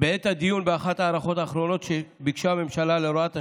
בעת הדיון באחת ההארכות האחרונות שביקשה הממשלה להוראת השעה,